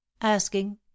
Asking